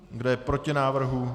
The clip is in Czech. Kdo je proti návrhu?